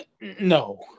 No